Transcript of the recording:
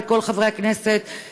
וכל חברי הכנסת,